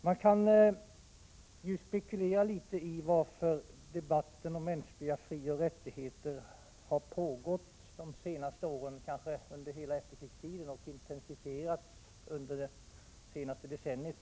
Man kan spekulera litet i varför debatten om mänskliga frioch rättigheter har pågått under hela efterkrigstiden och kanske intensifierats alldeles speciellt under det senaste decenniet.